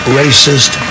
racist